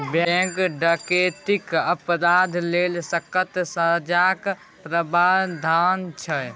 bank डकैतीक अपराध लेल सक्कत सजाक प्राबधान छै